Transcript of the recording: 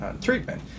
Treatment